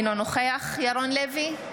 אינו נוכח ירון לוי,